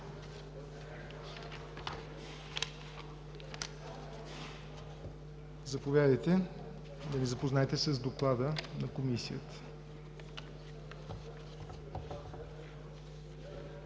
Заповядайте да ни запознаете с Доклада на Комисията.